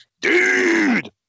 dude